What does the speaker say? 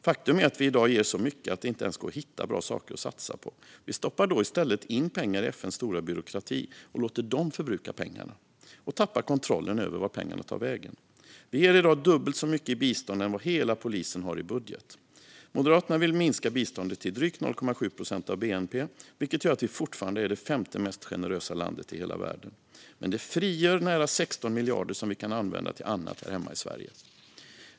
Faktum är att vi i dag ger så mycket att det inte ens går att hitta bra saker att satsa på. Vi stoppar då i stället in pengar i FN:s stora byråkrati och låter FN förbruka pengarna och tappar kontrollen över vart pengarna tar vägen. Vi ger i dag dubbelt så mycket i bistånd som vad hela polisen har i budget. Moderaterna vill minska biståndet till drygt 0,7 procent av bnp, vilket gör att vi fortfarande är det femte mest generösa landet i hela världen. Men det frigör nästan 16 miljarder kronor som vi kan använda till annat här hemma i Sverige.